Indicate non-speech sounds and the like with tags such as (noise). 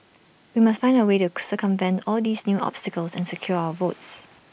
we must find A way to (unintelligible) circumvent all these new obstacles and secure our votes